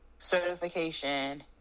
certification